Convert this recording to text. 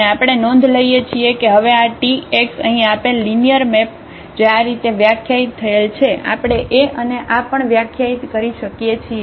અને આપણે નોંધ લઈએ છીએ કે હવે આ t x અહીં આપેલ લિનિયર મેપ જે આ રીતે વ્યાખ્યાયિત થયેલ છે આપણે એ અને આ પણ વ્યાખ્યાયિત કરી શકીએ છીએ